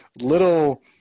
little